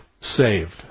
saved